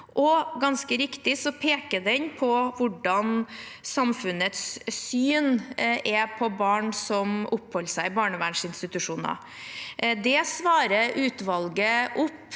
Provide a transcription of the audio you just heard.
Ganske riktig peker den på hvordan samfunnets syn er på barn som oppholder seg i barnevernsinstitusjoner. Det svarer utvalget på